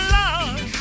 love